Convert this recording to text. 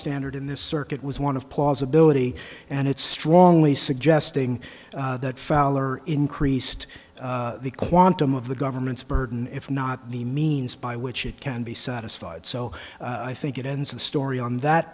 standard in this circuit was one of plausibility and it's strongly suggesting that fowler increased the quantum of the government's burden if not the means by which it can be satisfied so i think it ends the story on that